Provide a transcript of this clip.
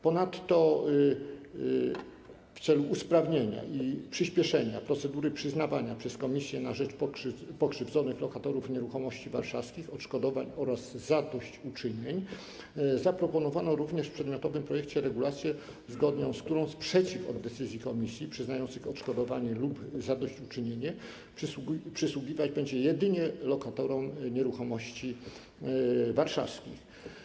Ponadto w celu usprawnienia i przyspieszenia procedury przyznawania przez komisję na rzecz pokrzywdzonych lokatorów nieruchomości warszawskich odszkodowań oraz zadośćuczynień zaproponowano również w przedmiotowym projekcie regulację, zgodnie z którą sprzeciw od decyzji komisji przyznających odszkodowanie lub zadośćuczynienie przysługiwać będzie jedynie lokatorom nieruchomości warszawskich.